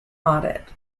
audit